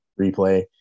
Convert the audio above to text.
replay